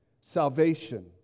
Salvation